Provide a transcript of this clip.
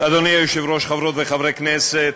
אדוני היושב-ראש, חברות וחברי הכנסת,